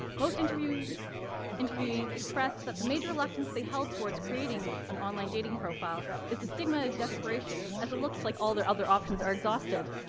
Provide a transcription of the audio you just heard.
most interview interviewees expressed that the major reluctance they held towards creating an online dating profile is the stigma of desperation, as it looks like all their other options are exhausted.